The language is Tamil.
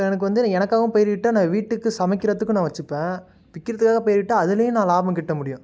இப்போது எனக்கு வந்து எனக்காகவும் பயிரிட்டால் நான் வீட்டுக்கு சமைக்கிறதுக்கும் நான் வச்சிப்பேன் விற்கிறதுக்காக பயிரிட்டால் அதுலேயும் நான் லாபம் கிட்ட முடியும்